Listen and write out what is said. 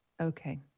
Okay